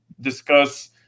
discuss